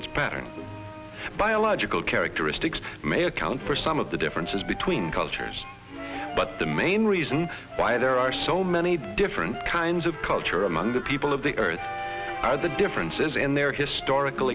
its pattern biological characteristics may account for some of the differences between cultures but the main reason why there are so many different kinds of culture among the people of the earth are the differences in their historical